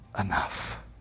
enough